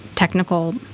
technical